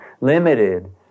limited